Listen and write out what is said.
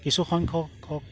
কিছু সংখ্যক হওক